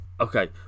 Okay